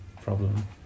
problem